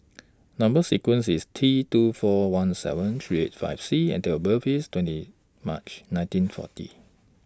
Number sequence IS T two four one seven three eight five C and Date of birth IS twenty March nineteen forty